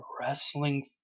Wrestling